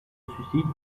suicide